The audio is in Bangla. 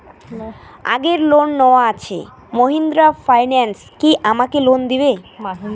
আগের লোন নেওয়া আছে মাহিন্দ্রা ফাইন্যান্স কি আমাকে লোন দেবে?